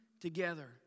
together